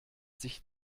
sich